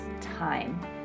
time